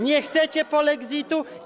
Nie chcecie polexitu.